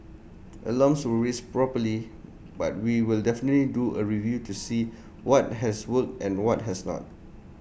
alarms were raised properly but we will definitely do A review to see what has worked and what has not